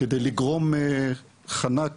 כדי לגרום חנק,